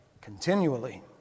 continually